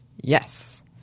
Yes